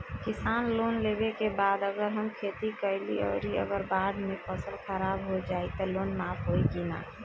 किसान लोन लेबे के बाद अगर हम खेती कैलि अउर अगर बाढ़ मे फसल खराब हो जाई त लोन माफ होई कि न?